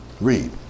Read